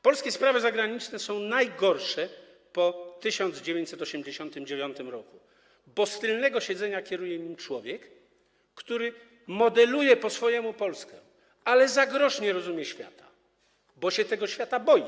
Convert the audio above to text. Polskie sprawy zagraniczne są najgorsze po 1989 r., bo z tylnego siedzenia kieruje nimi człowiek, który modeluje po swojemu Polskę, ale za grosz nie rozumie świata, bo się tego świata boi.